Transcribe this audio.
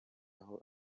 aho